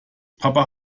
papa